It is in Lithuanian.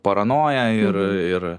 paranoja ir ir